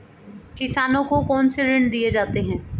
किसानों को कौन से ऋण दिए जाते हैं?